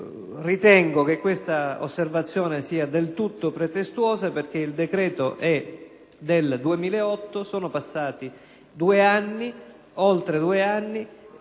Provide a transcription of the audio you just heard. ritengo che questa osservazione sia del tutto pretestuosa perché il decreto è del 2008 (sono passati oltre due anni)